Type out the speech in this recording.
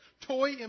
toy